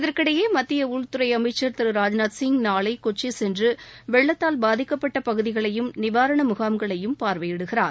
இதற்கிடையே மத்திய உள்துறை அமைச்சர் திரு ராஜ்நாத் சிங் நாளை கொச்சி சென்று வெள்ளத்தால் பாதிக்கப்பட்ட பகுதிகளையும் நிவாரண முகாம்களையும் பார்வையிடுகிறார்